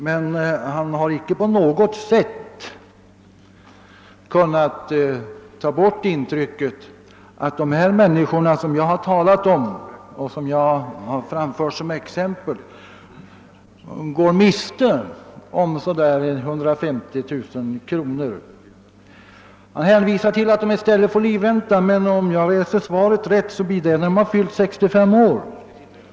Men statsrådet har inte på något sätt kunnat ta bort intrycket att de människor som jag talat om och anfört som exempel går miste om ungefär 150 000 kronor. Statsrådet sade att de i stället får livränta, men läser jag svaret rätt kommer den att utgå först när de fyllt 65 år.